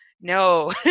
no